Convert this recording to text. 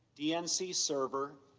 dnc server,